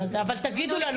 אבל תגידו לנו,